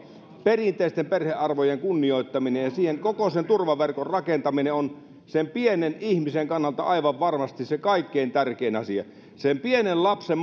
perinteisten perhearvojen kunnioittaminen ja koko sen turvaverkon rakentaminen on pienen ihmisen kannalta aivan varmasti se kaikkein tärkein asia sen pienen lapsen